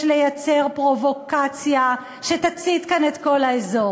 לייצר פרובוקציה שתצית כאן את כל האזור.